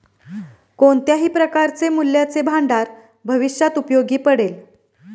कोणत्याही प्रकारचे मूल्याचे भांडार भविष्यात उपयोगी पडेल